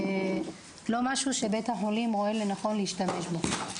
לא משהו שבית החולים רואה לנכון להשתמש בו.